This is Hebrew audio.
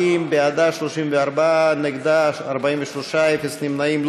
40: בעדה, 34, נגדה, 43, אפס נמנעים.